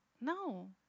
No